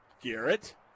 Garrett